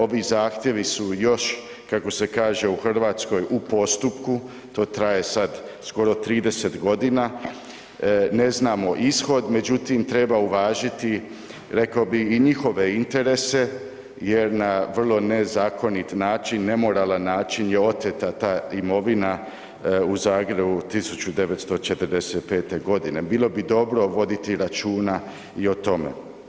Ovi zahtjevi su još kako se kaže u Hrvatskoj u postupku, to traje sad skoro 30 godina, ne znamo ishod, međutim treba uvažiti rekao bi i njihove interese jer na vrlo nezakonit način, nemoralan način je oteta ta imovina u Zagrebu 1945. godine, bilo bi dobro voditi računa i o tome.